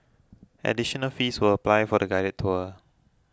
additional fees will apply for the guided tours